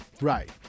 right